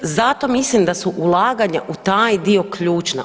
Zato mislim da su ulaganja u taj dio ključna.